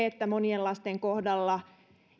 että monien lasten kohdalla